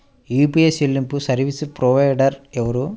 UPI చెల్లింపు service provider ఎవరు?